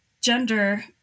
gender